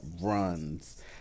runs